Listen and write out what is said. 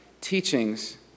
teachings